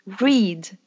read